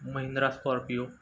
Mahindra scorpio